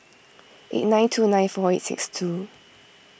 eight nine two nine four eight six two